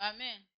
Amen